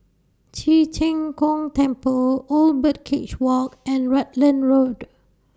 Ci Zheng Gong Temple Old Birdcage Walk and Rutland Road